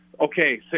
okay